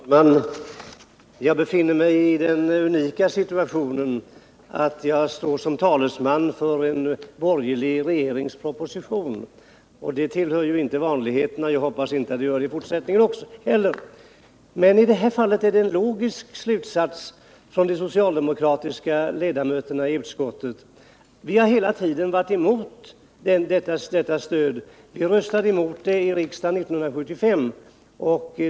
Herr talman! Jag befinner mig i den unika situationen att jag står som talesman för en borgerlig regerings proposition. Det tillhör inte vanligheterna, och jag hoppas att det inte kommer att göra det i fortsättningen heller. Men i det här fallet är det en logisk slutsats som de socialdemokratiska ledamöterna i utskottet har dragit. Vi har hela tiden varit emot detta stöd. Vi röstade emot det i riksdagen 1975.